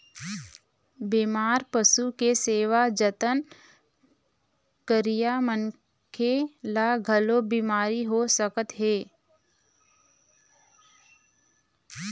बेमार पशु के सेवा जतन करइया मनखे ल घलोक बिमारी हो सकत हे